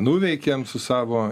nuveikėm su savo